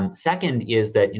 um second is that,